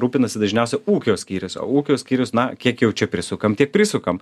rūpinasi dažniausiai ūkio skyrius o ūkio skyrius na kiek jau čia prisukam tiek prisukam